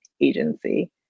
agency